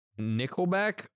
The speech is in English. Nickelback